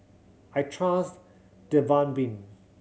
I trust Dermaveen